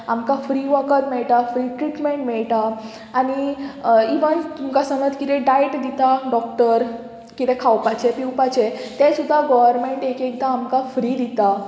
आमकां फ्री वकद मेळटा फ्री ट्रिटमेंट मेळटा आनी इवन तुमकां समज कितें डायट दिता डॉक्टर कितें खावपाचें पिवपाचें तें सुद्दां गोवोरमेंट एकएकदां आमकां फ्री दिता